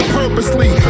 purposely